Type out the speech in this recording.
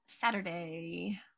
Saturday